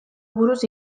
buruz